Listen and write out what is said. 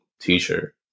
t-shirt